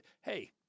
Hey